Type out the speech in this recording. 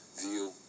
view